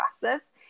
process